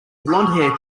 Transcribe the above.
blondhair